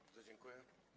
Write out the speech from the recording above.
Bardzo dziękuję.